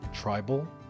tribal